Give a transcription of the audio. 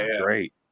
great